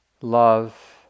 love